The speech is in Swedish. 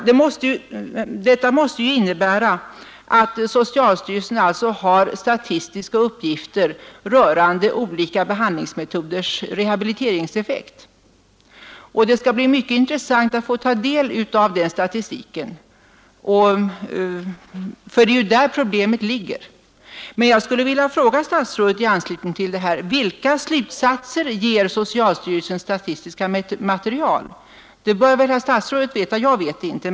Det måste ju innebära att socialstyrelsen har statistiska uppgifter rörande olika behandlingsmetoders rehabiliteringseffekt. Det skall bli mycket intressant att få ta del av statistiken, för det är ju där problemet ligger. Men jag skulle i anslutning till detta vilja fråga statsrådet: Vilka slutsatser ger socialstyrelsens statistiska material? Det bör väl herr statsrådet veta — jag vet det inte.